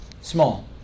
Small